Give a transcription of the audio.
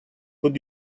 would